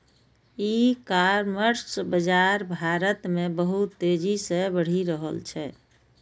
ई commerce बाजार भारत मे बहुत तेजी से बढ़ि रहल छै